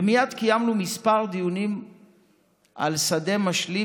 ומייד קיימנו כמה דיונים על שדה משלים,